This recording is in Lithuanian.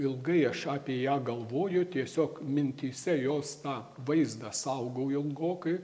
ilgai aš apie ją galvoju tiesiog mintyse jos tą vaizdą saugau ilgokai